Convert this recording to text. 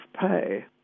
pay